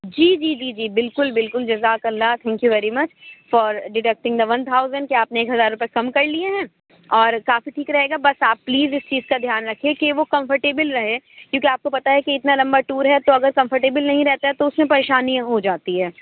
جی جی جی جی بالکل بالکل جزاک اللہ thank you very much for deducting the one thousand کہ آپ نے ایک ہزار روپئے کم کر لیے ہیں اور کافی ٹھیک رہے گا بس آپ پلیز اِس چیز کا دھیان رکھیے کہ وہ کمفرٹیبل رہے کیونکہ آپ کو پتہ ہے کہ اتنا لمبا ٹور ہے تو اگر کمفرٹیبل نہیں رہتا ہے تو اُس میں پریشانیاں ہو جاتی ہے